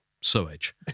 sewage